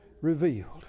revealed